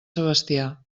sebastià